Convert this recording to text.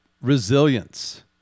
resilience